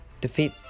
Defeat